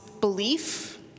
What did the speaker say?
belief